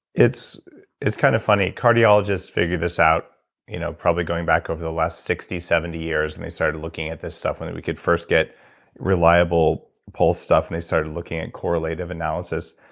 it's it's kind of funny, cardiologists figure this out you know probably going back over the last sixty, seventy years when and they started looking at this stuff, when we could first get reliable pulse stuff, and they started looking at correlative analysis.